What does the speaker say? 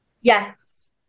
Yes